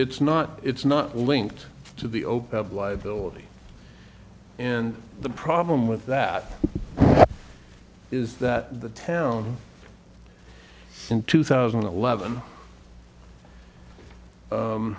it's not it's not linked to the open liability and the problem with that is that the town in two thousand and eleven